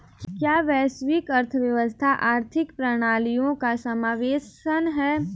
क्या वैश्विक अर्थव्यवस्था आर्थिक प्रणालियों का समावेशन है?